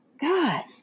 God